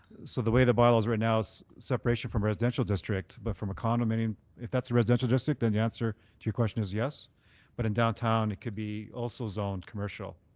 so the way the bylaw is written now, so separation from residential district but from a condominium if that's a residential sdprikt then the answer too your question is yes but in downtown it could be also zoned commercial,